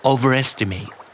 Overestimate